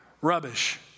Rubbish